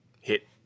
hit